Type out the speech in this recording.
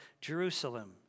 Jerusalem